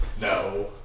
No